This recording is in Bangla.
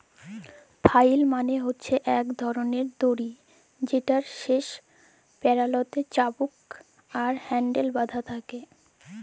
ফ্লাইল মালে হছে ইক ধরলের দড়ি যেটর শেষ প্যারালতে চাবুক আর হ্যাল্ডেল বাঁধা থ্যাকে